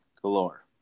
galore